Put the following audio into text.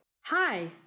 Hi